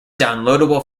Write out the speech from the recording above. downloadable